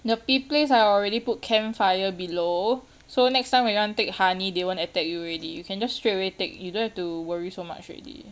the bee place I already put campfire below so next time when you want take honey they won't attack you already you can just straightaway take you don't have to worry so much already